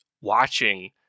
watching